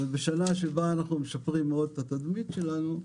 בשנה שבה אנחנו משפרים מאוד את התדמית שלנו,